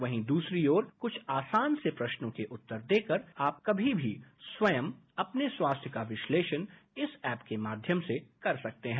वहीं दूसरी ओर कुछ आसान से प्रश्नों के उत्तर देकर आप कमी भी स्वयं अपने स्वास्थ्य का विश्लेषण इस ऐप के माध्यम से कर सकते है